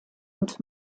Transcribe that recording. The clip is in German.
und